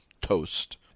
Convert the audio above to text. toast